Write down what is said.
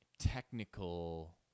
technical